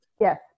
Yes